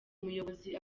umuyobozi